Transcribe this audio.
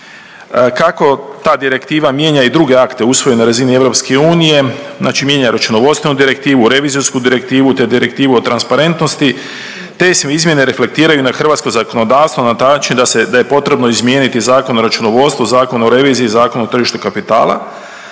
Kako ta direktiva mijenja i druge akte usvojene na razini EU, znači mijenja računovodstvenu direktivu, revizijsku direktivu te direktivu o transparentnosti te se izmjene reflektiraju na hrvatsko zakonodavstvo na način da se, da je potrebno izmijeniti Zakon o računovodstvu, Zakon o reviziji, Zakon o tržištu kapitala.